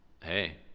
Hey